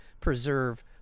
preserve